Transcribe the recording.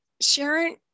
Sharon